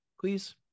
please